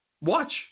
Watch